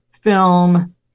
film